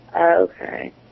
okay